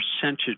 percentage